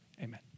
Amen